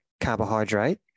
carbohydrate